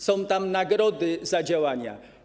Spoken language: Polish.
Są tam nagrody za działania.